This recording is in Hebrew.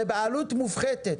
בעלות מופחתת,